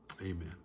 Amen